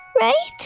Right